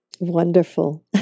Wonderful